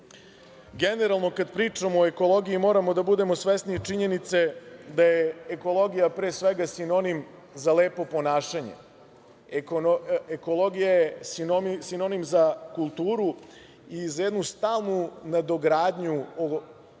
kada pričamo o ekologiji, moramo da budemo svesni činjenice da je ekologija pre svega sinonim za lepo ponašanje, ekologija je sinonim za kulturu i za jednu stalnu nadogradnju